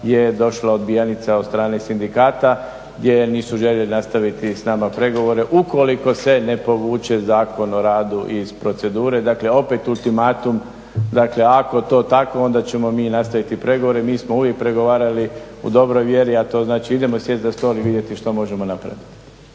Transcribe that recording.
je došla odbijenica od strane sindikata gdje nisu željeli nastaviti s nama pregovore ukoliko se ne povuče Zakon o radu iz procedure. Dakle opet ultimatum, dakle ako je to tako onda ćemo mi nastaviti pregovore i mi smo uvijek pregovarali u dobroj vjeri, a to znači idemo sjesti za stol i vidjeti što možemo napraviti.